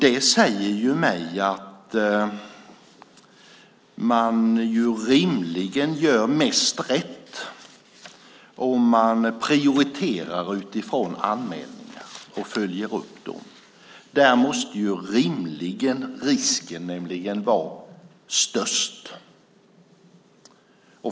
Det säger mig att man rimligen gör mest rätt om man prioriterar utifrån anmälningar och följer upp dem. Där måste nämligen risken vara störst.